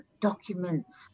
documents